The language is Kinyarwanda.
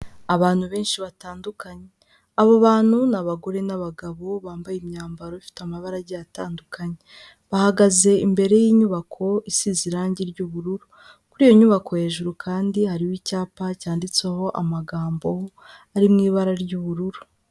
Abantu benshi batandukanye, abo bantu ni abagore n'abagabo bambaye imyambaro ifite amabara agiye atandukanye. Bahagaze imbere y'inyubako isize irangi ry'ubururu, kuri iyo nyubako hejuru kandi hariho icyapa cyanditseho amagambo ari mu ibara ry'ubururu.